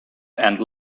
and